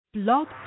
Blog